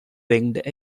winged